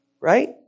Right